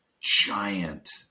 giant